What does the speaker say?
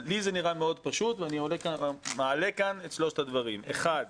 לי זה נראה מאוד פשוט ואני מעלה כאן את שלושת הדברים: הראשון